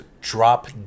drop